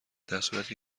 درصورتی